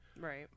Right